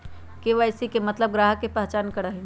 KYC के मतलब ग्राहक का पहचान करहई?